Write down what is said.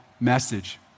message